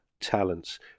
talents